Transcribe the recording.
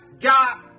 got